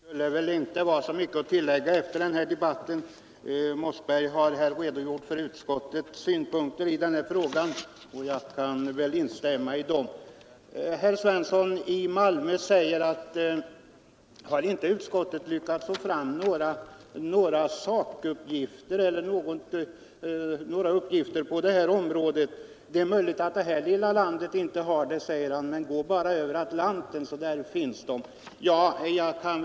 Herr talman! Det skulle väl inte vara så mycket att tillägga. Herr Mossberger har redogjort för utskottets synpunkter i denna fråga, och jag kan instämma i dessa. Herr Svensson i Malmö frågar om inte utskottet lyckats få fram några sakuppgifter på detta område. Det är kanske inte möjligt att få fram sådana i detta lilla land, säger han, men gå bara över Atlanten; där finns dessa uppgifter.